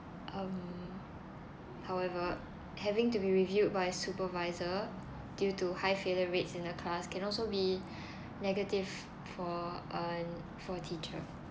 um however having to be reviewed by supervisor due to high failure rates in a class can also be negative for a for a teacher